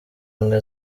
ubumwe